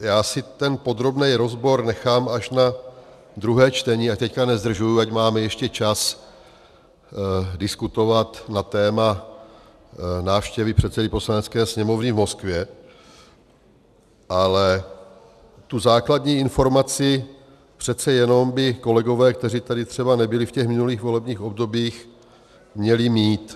Já si ten podrobný rozbor nechám až na druhé čtení, ať teď nezdržuji, ať máme ještě čas diskutovat na téma návštěvy předsedy Poslanecké sněmovny v Moskvě, ale tu základní informaci přece jenom by kolegové, kteří tady třeba nebyli v těch minulých volebních obdobích, měli mít.